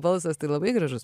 balsas labai gražus